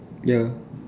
ya